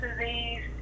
disease